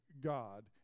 God